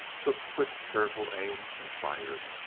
took quick, careful aim and fired.